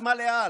הושמה לאל.